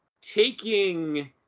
taking